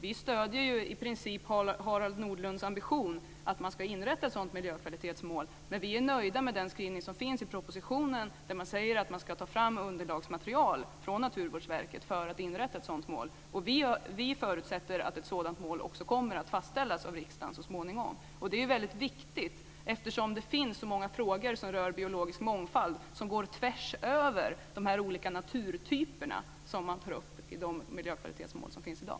Vi stöder alltså i princip Harald Nordlunds ambition att ett sådant miljökvalitetsmål ska inrättas, men vi är nöjda med den skrivning som finns i propositionen, där det framhålls att man ska ta fram underlagsmaterial från Naturvårdsverket för att inrätta ett sådant mål. Vi förutsätter att ett sådant mål så småningom också kommer att fastställas av riksdagen, och det är väldigt viktigt eftersom det finns så många frågor som rör biologisk mångfald och som går tvärs över de olika naturtyper som tas upp i de miljökvalitetsmål som finns i dag.